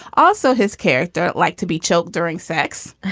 also his character like to be choked during sex.